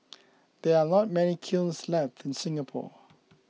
there are not many kilns left in Singapore